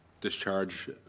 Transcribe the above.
discharge